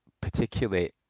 particularly